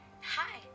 hi